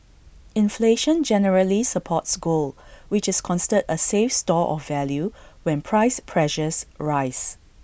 inflation generally supports gold which is considered A safe store of value when price pressures rise